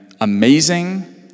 amazing